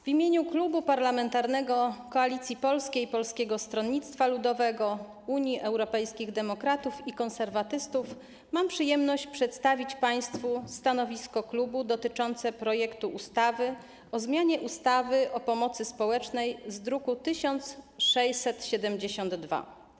W imieniu Klubu Parlamentarnego Koalicji Polskiej - Polskiego Stronnictwa Ludowego, Unii Europejskich Demokratów i Konserwatystów mam przyjemność przedstawić państwu stanowisko klubu dotyczące projektu ustawy o zmianie ustawy o pomocy społecznej z druku nr 1672.